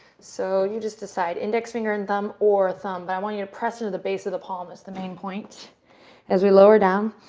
so, you just decide, index finger and thumb or thumb. but i want you to press into the base of the palm as the main point as we lower down.